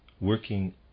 working